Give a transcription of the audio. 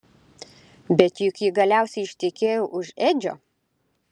bet juk ji galiausiai ištekėjo už edžio